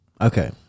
Okay